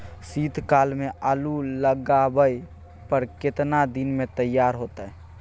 शीत काल में आलू लगाबय पर केतना दीन में तैयार होतै?